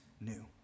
new